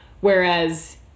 Whereas